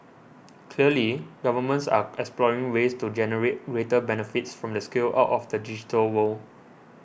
clearly governments are exploring ways to generate greater benefits from the scale out of the digital world